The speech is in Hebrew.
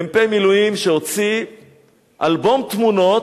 מ"פ מילואים שהוציא אלבום תמונות,